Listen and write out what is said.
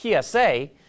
PSA